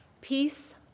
Peace